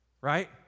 Right